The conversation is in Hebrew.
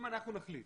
אם אנחנו נחליט